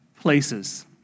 places